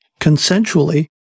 consensually